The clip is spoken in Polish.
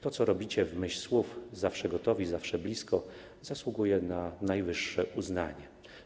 To, co robicie w myśl słów: Zawsze gotowi, zawsze blisko, zasługuje na najwyższe uznanie.